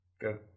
Go